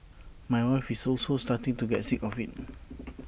my wife is also starting to get sick of IT